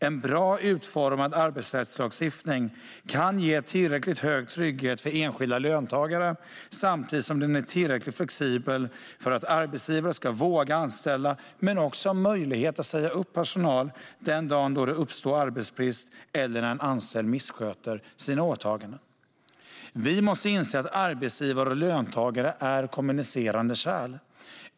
En bra utformad arbetsrättslagstiftning kan ge tillräckligt hög trygghet för enskilda löntagare samtidigt som den är tillräckligt flexibel för att arbetsgivare ska våga anställa men också ha möjlighet att säga upp personal den dag då det uppstår arbetsbrist eller när en anställd missköter sina åtaganden. Vi måste inse att arbetsgivare och löntagare är kommunicerande kärl.